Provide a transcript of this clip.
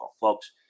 folks